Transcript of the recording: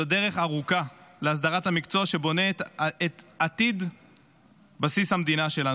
זו דרך הארוכה להסדרת המקצוע שבונה את עתיד בסיס המדינה שלנו,